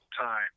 time